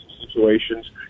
situations